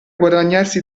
guadagnarsi